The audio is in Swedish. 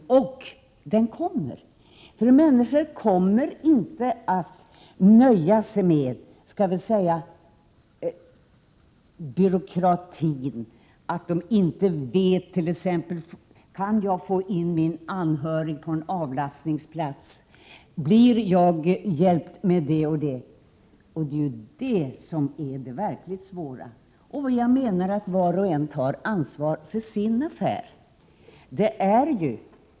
Den revolutionen kommer, eftersom människor inte nöjer sig med att inte veta om de kan få in en anhörig på en avlastningsplats. Blir jag hjälpt med det och det? Det är ju detta som är det verkligt svåra. Jag menar att var och en tar ansvar för sin affär.